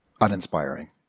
uninspiring